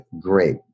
great